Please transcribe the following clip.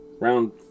Round